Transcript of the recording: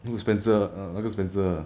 who spencer ah 啊那个 spencer ah